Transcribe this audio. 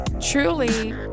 Truly